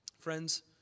Friends